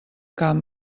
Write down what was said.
camp